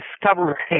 discover